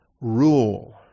rule